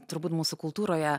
turbūt mūsų kultūroje